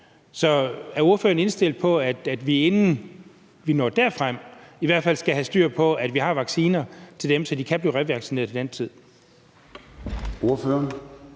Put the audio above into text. så er ordføreren indstillet på, at vi, inden vi når dertil, i hvert fald skal have styr på, at vi har vacciner til dem, så de kan blive revaccineret til den tid? Kl.